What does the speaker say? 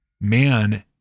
man